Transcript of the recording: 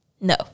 No